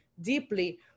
deeply